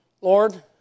Lord